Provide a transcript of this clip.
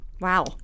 Wow